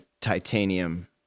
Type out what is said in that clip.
titanium